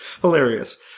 hilarious